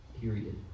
period